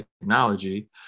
Technology